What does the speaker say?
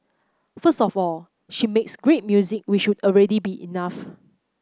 first of all she makes great music which would already be enough